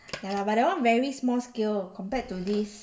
!haiya! but that [one] very small scale compared to this